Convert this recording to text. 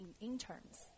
interns